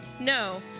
no